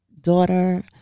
daughter